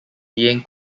being